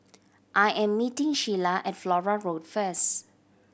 I am meeting Sheyla at Flora Road first